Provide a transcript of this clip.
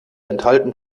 enthalten